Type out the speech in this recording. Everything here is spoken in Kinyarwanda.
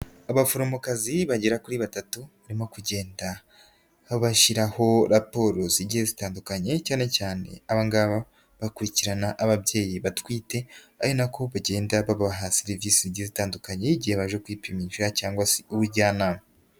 Abaforomokazi bagera kuri batatu barimo kugenda babashyiraho raporo zigiye zitandukanye cyane cyane aba ngabo bakurikirana ababyeyi batwite ari na ko bagenda babaha serivisi zigiye zitandukanye igihe baje kwipimisha cyangwa se ubujyanama.